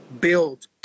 build